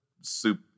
soup